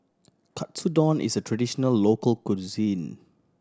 katsudon is a traditional local cuisine